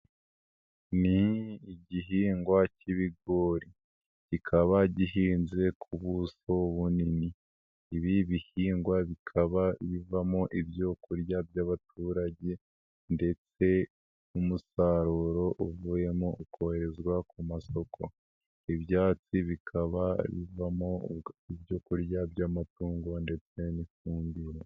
Ni igihingwa cy'ibigori, kikaba gihinze ku buso bunini, ibi bihingwa bikaba bivamo ibyo kurya by'abaturage ndetse umusaruro uvuyemo ukoherezwa ku masoko. Ibyatsi bikaba bivamo ibyo kurya by'amatungo ndetse n'ifumbire.